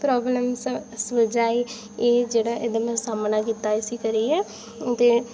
problems सुलझाई एह् जेह्ड़ा एह्दा में सामना कीता एह् इस करियै ते